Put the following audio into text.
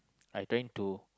I trying to